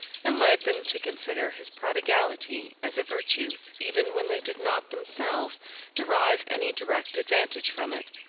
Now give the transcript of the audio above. and led them to consider his prodigality as a virtue, even when they did not themselves derive any direct advantage from it.